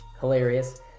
hilarious